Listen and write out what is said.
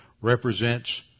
represents